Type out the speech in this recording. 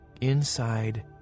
inside